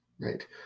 right